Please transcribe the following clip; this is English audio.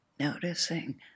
Noticing